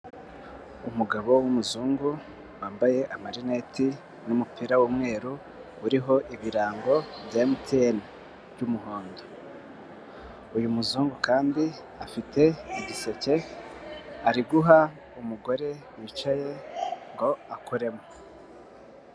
Umugabo w'umuzungu wambaye amarineti n'umupira w'umweru uriho ibirango bya emutiyeni by'umuhondo, uyu muzungu kandi afite igiseke ari guha umugore wicaye ngo akoremo.